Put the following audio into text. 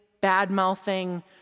bad-mouthing